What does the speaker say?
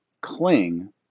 cling